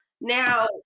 Now